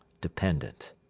dependent